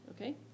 Okay